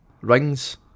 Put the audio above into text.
Rings